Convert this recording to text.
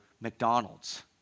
McDonald's